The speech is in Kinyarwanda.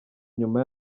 inyuma